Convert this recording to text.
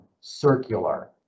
circular